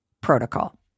protocol